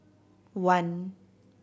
one